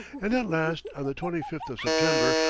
and at last, on the twenty fifth of september,